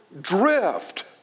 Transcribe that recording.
drift